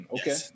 okay